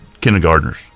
kindergartners